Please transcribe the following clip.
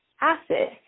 acid